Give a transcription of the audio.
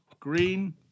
Green